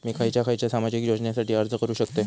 मी खयच्या खयच्या सामाजिक योजनेसाठी अर्ज करू शकतय?